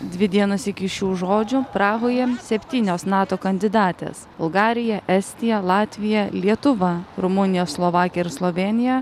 dvi dienos iki šių žodžių prahoje septynios nato kandidatės bulgarija estija latvija lietuva rumunija slovakija ir slovėnija